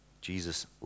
Jesus